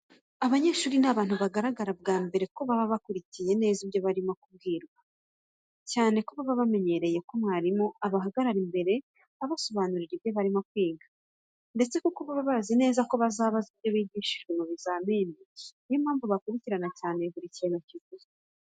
Abanyeshuri ni abantu bagaragara bwa mbere ko baba bakurikirana neza ibyo barimo kubwirwa, cyane ko baba bamenyereye ko mwarimu abahagarara imbere abasobanurira ibyo barimo kwiga, ndetse kuko baba bazi neza ko bazabazwa ibyo bigishijwe mu bizamini, niyo mpamvu bakurikirana cyane buri kintu kivuzwe.